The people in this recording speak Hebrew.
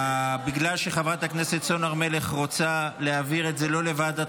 בגלל שחברת הכנסת סון הר מלך רוצה להעביר את זה לא לוועדת